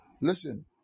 Listen